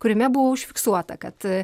kuriame buvo užfiksuota kad